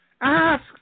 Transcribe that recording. Ask